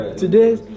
Today